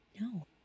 no